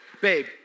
babe